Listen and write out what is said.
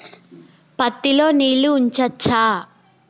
పత్తి లో నీళ్లు ఉంచచ్చా?